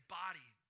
body